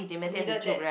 needed that